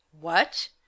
What